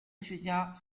哲学家